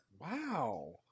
wow